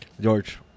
George